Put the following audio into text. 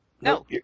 No